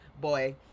boy